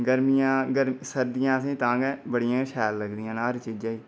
ते गर्मियां सर्दियां असेंगी तां गै बड़ियां गै शैल लगदियां न हर चीज़ै गी